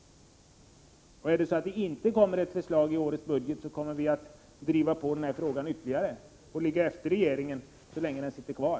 Om det inte kommer ett förslag i kommande budgetproposition, kommer vi att driva frågan ytterligare och ligga efter regeringen, så länge den sitter kvar.